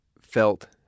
felt